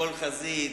מכל חזית,